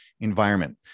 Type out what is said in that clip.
environment